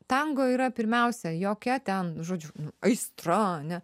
tango yra pirmiausia jokia ten žodžiu aistra ne